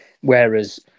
Whereas